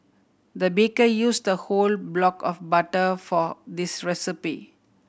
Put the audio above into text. the baker used a whole block of butter for this recipe